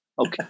Okay